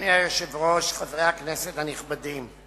אדוני היושב-ראש, חברי הכנסת הנכבדים,